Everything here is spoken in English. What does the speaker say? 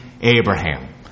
Abraham